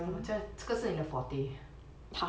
这样这个是你的 forte